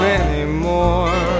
anymore